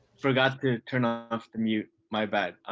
forgot to turn ah off the mute. my bad.